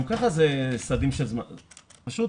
כל